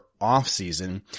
offseason